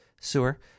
sewer